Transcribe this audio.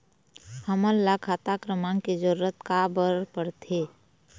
हमन ला खाता क्रमांक के जरूरत का बर पड़थे?